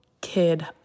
kid